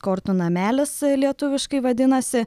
kortų namelis lietuviškai vadinasi